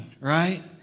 right